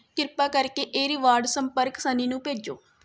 ਕ੍ਰਿਪਾ ਕਰਕੇ ਇਹ ਰਿਵਾਰਡ ਸੰਪਰਕ ਸਨੀ ਨੂੰ ਭੇਜੋ